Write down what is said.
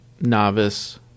novice